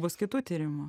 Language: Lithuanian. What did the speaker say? bus kitų tyrimų